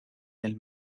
del